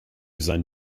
sein